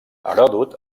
heròdot